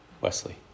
Wesley